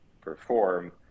perform